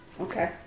Okay